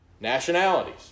nationalities